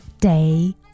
day